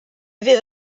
fydd